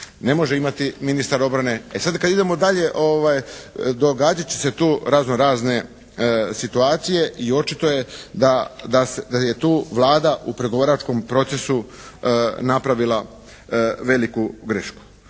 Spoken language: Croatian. ne može imati ministar obrane. E sada kada idemo dalje događati će se tu razno-razne situacije i očito je da je tu Vlada u pregovaračkom procesu napravila veliku grešku.